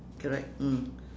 correct mm